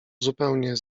zupełnie